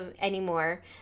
anymore